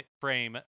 Frame